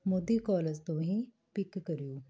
Modi college ਤੋਂ ਹੀ pick ਕਰਿਓ